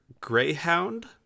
greyhound